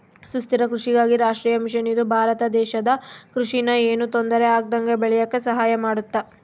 ಸುಸ್ಥಿರ ಕೃಷಿಗಾಗಿ ರಾಷ್ಟ್ರೀಯ ಮಿಷನ್ ಇದು ಭಾರತ ದೇಶದ ಕೃಷಿ ನ ಯೆನು ತೊಂದರೆ ಆಗ್ದಂಗ ಬೇಳಿಯಾಕ ಸಹಾಯ ಮಾಡುತ್ತ